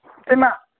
ꯏꯇꯩꯃꯥ